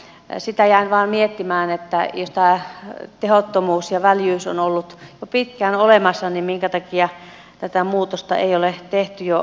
sitä jäin vain miettimään että jos tämä tehottomuus ja väljyys on ollut jo pitkään olemassa niin minkä takia tätä muutosta ei ole tehty jo aikaisemmin